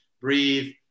breathe